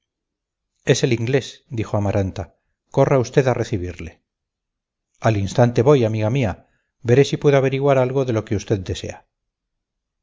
es el inglés dijo amaranta corra usted a recibirle al instante voy amiga mía veré si puedo averiguar algo de lo que usted desea